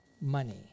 money